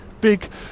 Big